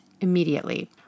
immediately